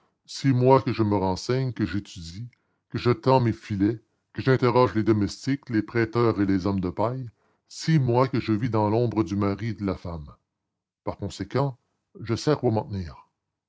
six mois que je me renseigne que j'étudie que je tends mes filets que j'interroge les domestiques les prêteurs et les hommes de paille six mois que je vis dans l'ombre du mari et de la femme par conséquent je sais